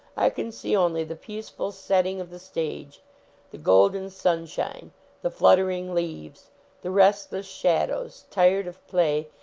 i can see only the peaceful setting of the stage the golden sunshine the fluttering leaves the restless shadows, tired of play,